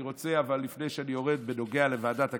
אבל לפני שאני יורד, בנוגע לוועדת הכנסת,